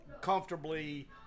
comfortably